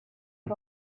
pas